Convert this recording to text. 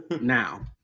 now